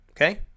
Okay